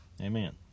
amen